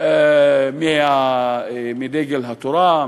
מדגל התורה,